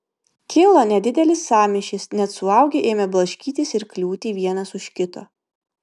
kilo nedidelis sąmyšis net suaugę ėmė blaškytis ir kliūti vienas už kito